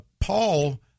Paul